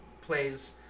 plays